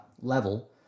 level